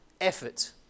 effort